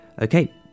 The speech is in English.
Okay